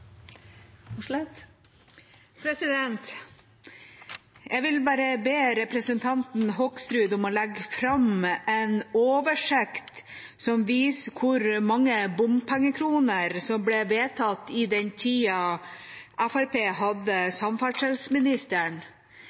Jeg vil bare be representanten Hoksrud om å legge fram en oversikt som viser hvor mange bompengekroner som ble vedtatt i den tida Fremskrittspartiet hadde samferdselsministeren.